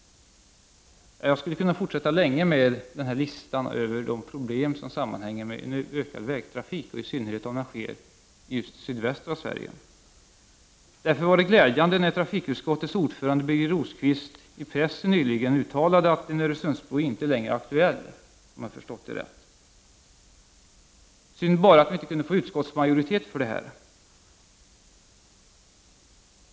Jag skulle kunna fortsätta länge med den här listan över de problem som sammanhänger med en ökad vägtrafik, i synnerhet om ökningen sker i sydvästra Sverige. Därför var det glädjande när trafikutskottets ordförande Birger Rosqvist i pressen nyligen uttalade att en Öresundsbro inte längre är aktuell, om jag har förstått det rätt. Synd bara att vi inte kunde få utskottsmajoriteten med på detta.